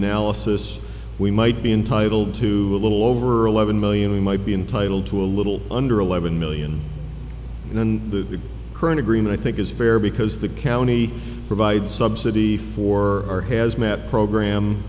analysis we might be entitled to a little over eleven million we might be entitled to a little under eleven million and then the current agreement i think is fair because the county provides subsidy for our hazmat program